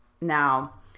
Now